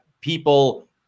people